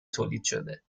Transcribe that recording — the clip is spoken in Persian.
تولیدشده